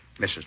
Mrs